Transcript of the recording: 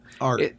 art